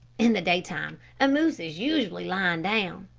in the daytime a moose is usually lying down.